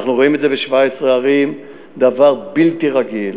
אנחנו רואים את זה ב-17 ערים, דבר בלתי רגיל.